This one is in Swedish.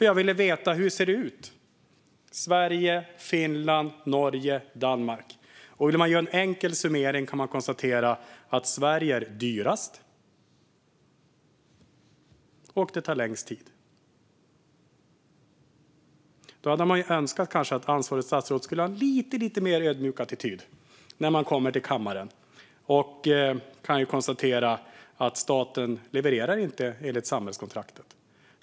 Jag ville veta hur det ser ut i Sverige, Finland, Norge och Danmark. Vill man göra en enkel summering kan man konstatera att det i Sverige är dyrast och tar längst tid. Man hade önskat att ansvarigt statsråd skulle ha en lite mer ödmjuk attityd när hon kommer till kammaren och kan konstatera att staten inte levererar enligt samhällskontraktet.